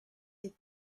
est